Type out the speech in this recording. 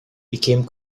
became